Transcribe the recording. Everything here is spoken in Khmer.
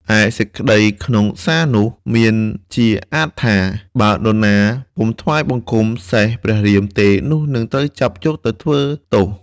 ឯសេចក្តីក្នុងសារនោះមានជាអាទិថា« បើនរណាពុំថ្វាយបង្គំសេះព្រះរាមទេនោះត្រូវចាប់យកទៅធ្វើទោស»។